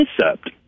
concept